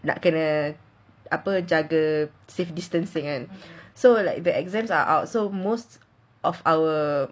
nak kena apa jaga safe distancing kan so like the exams are out so most of our